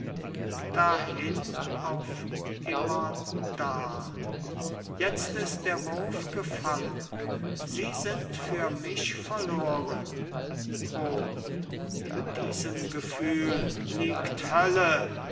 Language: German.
dahin auf immerdar jetzt ist der wurf gefallen sie sind für mich verloren o in diesem gefühl liegt hölle